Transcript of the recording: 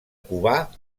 covar